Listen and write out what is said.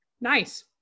Nice